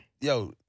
Yo